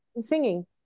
singing